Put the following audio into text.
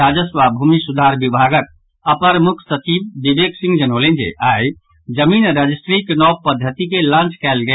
राजस्व आ भूमि सुधार विभागक अपर मुख्य सचिव विवेक सिंह जनौलनि जे आइ जमीन रजिस्ट्रीक नव पद्वति के लॉन्च कयल गेल